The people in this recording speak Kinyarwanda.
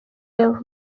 yavutse